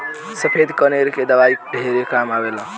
सफ़ेद कनेर के दवाई ढेरे काम आवेल